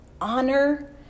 honor